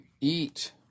eat